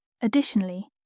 Additionally